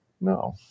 No